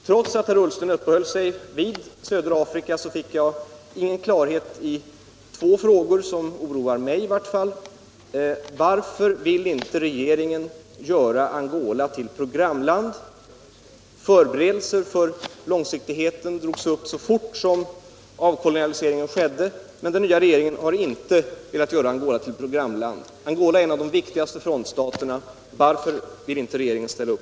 Trots att herr Ullsten uppehöll sig vid södra Afrika fick jag ingen klarhet i ett par frågor, som oroar mig. Internationellt utvecklingssamar för långsiktigheten drogs upp så fort som avkolonialiseringen skedde, men den nya regeringen har inte velat göra Angola till programland. Angola är en av de viktigaste frontstaterna. Varför vill inte regeringen ställa upp?